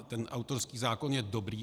Ten autorský zákon je dobrý.